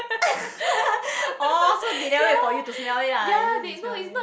orh so they never wait for you to smell it